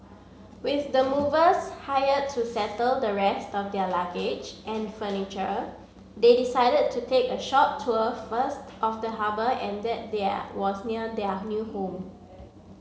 with the movers hired to settle the rest of their luggage and furniture they decided to take a short tour first of the harbour and that their was near their new home